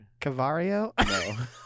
Cavario